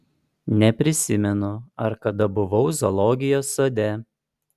neprisimenu ar kada buvau zoologijos sode